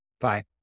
Bye